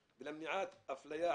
נגד?